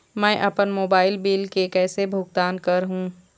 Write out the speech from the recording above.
मैं अपन mobile bill के कैसे भुगतान कर हूं?